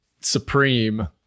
supreme